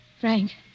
Frank